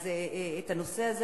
את הנושא הזה